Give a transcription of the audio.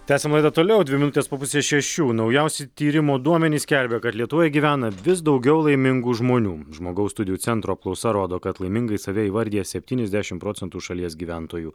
tęsiam laidą toliau dvi minutes po pusės šešių naujausi tyrimo duomenys skelbia kad lietuvoje gyvena vis daugiau laimingų žmonių žmogaus studijų centro apklausa rodo kad laimingais save įvardija septyniasdešimt procentų šalies gyventojų